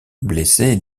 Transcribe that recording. blessé